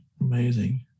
Amazing